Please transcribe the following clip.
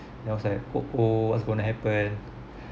then I was like uh oh what's going to happen